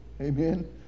Amen